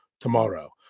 tomorrow